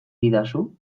didazu